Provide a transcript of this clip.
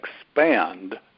expand